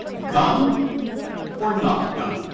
gun or not gun.